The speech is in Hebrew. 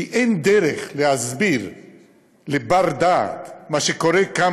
כי אין דרך להסביר לבר-דעת מה שקורה כאן,